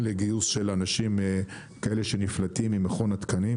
לגיוס של אנשים שנפלטים ממכון התקנים.